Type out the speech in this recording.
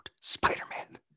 Spider-Man